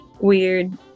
weird